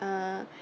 uh